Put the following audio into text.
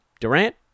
Durant